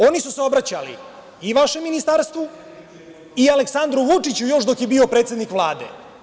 Oni su se obraćali i vašem ministarstvu i Aleksandru Vučiću, još dok je bio predsednik Vlade.